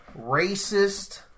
racist